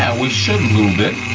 we should lube it,